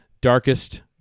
darkest